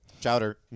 Chowder